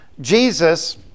jesus